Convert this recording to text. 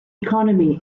economy